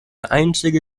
einzige